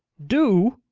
do!